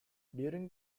during